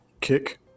kick